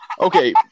Okay